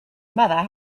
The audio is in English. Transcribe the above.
mother